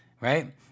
right